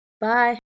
Bye